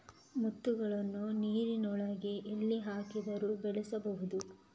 ಮುತ್ತುಗಳನ್ನು ನೀರಿನೊಳಗೆ ಎಲ್ಲಿ ಬೇಕಾದರೂ ಬೆಳೆಸಬಹುದು